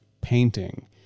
painting